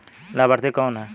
लाभार्थी कौन है?